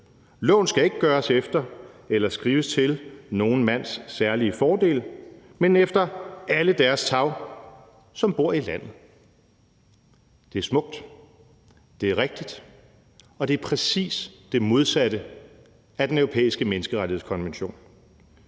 Loven skal ikke gøres eller skrives til nogen mands særlige fordel, men efter alle deres tarv, som bor i landet.« Det er smukt, det er rigtigt, og det er præcis det modsatte af Den Europæiske Menneskerettighedskonvention,